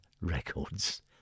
records